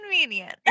convenient